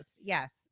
Yes